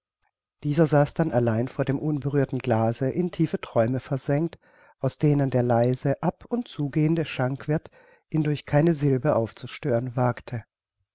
dieser saß denn allein vor dem unberührten glase in tiefe träume versenkt aus denen der leise ab und zugehende schankwirth ihn durch keine silbe aufzustören wagte